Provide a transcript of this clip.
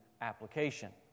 application